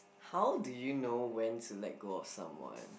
how do you know when to let go of someone